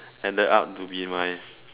ended up to be my